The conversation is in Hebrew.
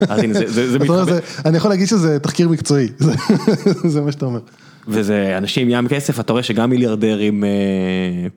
אני יכול להגיד שזה תחקיר מקצועי, זה מה שאתה אומר. וזה אנשים עם ים כסף, את רואה שגם מיליארדרים...